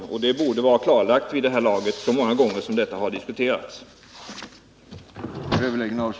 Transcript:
Den här saken borde vara klarlagd vid det här laget — så många gånger som den har diskuterats.